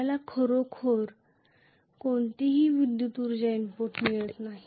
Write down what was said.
आम्हाला खरोखर कोणतेही विद्युत उर्जा इनपुट मिळत नाही